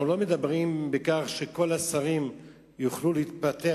אנחנו לא מדברים בכך שכל השרים יוכלו להתפטר